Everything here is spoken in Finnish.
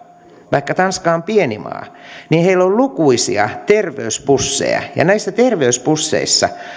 vaikka tanska on pieni maa niin heillä on lukuisia terveysbusseja ja näissä terveysbusseissa